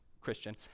Christian